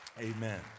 Amen